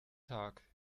tag